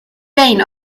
vein